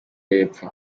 y’epfo